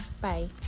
Bye